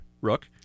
Rook